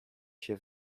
się